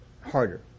harder